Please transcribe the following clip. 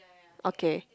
okay